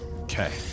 Okay